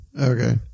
Okay